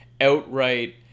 outright